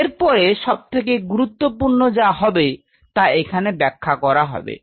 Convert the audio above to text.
এর পরে সবচেয়ে গুরুত্বপূর্ণ যা হবে তা এখানে ব্যাখ্যা করা হবে